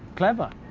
clever.